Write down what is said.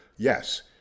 Yes